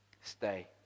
Stay